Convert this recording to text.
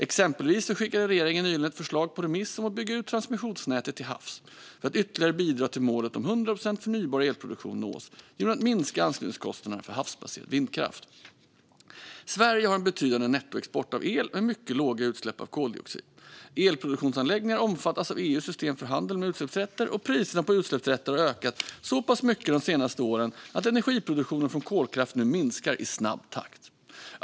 Exempelvis skickade regeringen nyligen ett förslag på remiss om att bygga ut transmissionsnätet till havs för att ytterligare bidra till att målet om 100 procent förnybar elproduktion nås genom att minska anslutningskostnaderna för havsbaserad vindkraft. Sverige har en betydande nettoexport av el med mycket låga utsläpp av koldioxid. Elproduktionsanläggningar omfattas av EU:s system för handel med utsläppsrätter, och priserna på utsläppsrätter har ökat så pass mycket de senaste åren att energiproduktionen från kolkraft nu minskar i snabb takt.